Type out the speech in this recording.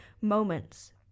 moments